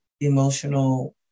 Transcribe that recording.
emotional